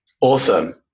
awesome